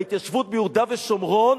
בהתיישבות ביהודה ושומרון,